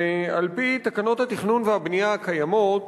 ועל-פי תקנות התכנון והבנייה הקיימות